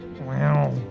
Wow